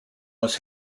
was